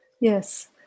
Yes